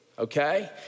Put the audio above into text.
Okay